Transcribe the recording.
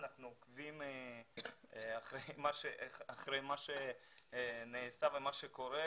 אנחנו עוקבים אחרי מה שנעשה וקורה,